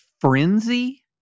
frenzy